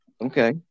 Okay